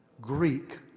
Greek